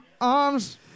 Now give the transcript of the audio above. arms